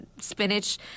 spinach